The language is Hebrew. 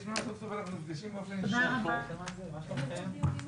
הישיבה ננעלה בשעה 11:25.